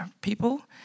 people